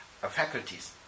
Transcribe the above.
faculties